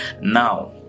Now